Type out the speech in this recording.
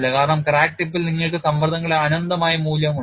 കാരണം ക്രാക്ക് ടിപ്പിൽ നിങ്ങൾക്ക് സമ്മർദ്ദങ്ങളുടെ അനന്തമായ മൂല്യമുണ്ട്